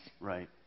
Right